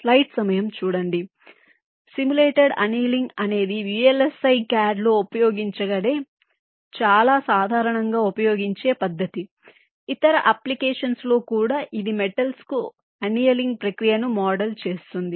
కాబట్టి simulated annealing అనేది VLSI CAD లో ఉపయోగించబడే చాలా సాధారణంగా ఉపయోగించే పద్ధతి ఇతర అప్లికేషన్స్ లో కూడా ఇది మెటల్స్ కు ఎనియలింగ్ ప్రక్రియను మోడల్ చేస్తుంది